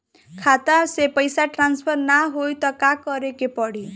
खाता से पैसा टॉसफर ना होई त का करे के पड़ी?